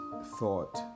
thought